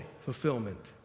fulfillment